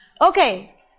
Okay